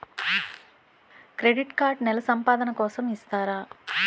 Credit card నెల సంపాదన కోసం ఇస్తారా?